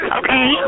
okay